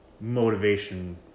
motivation